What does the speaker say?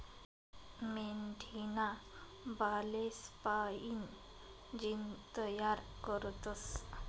मेंढीना बालेस्पाईन जीन तयार करतस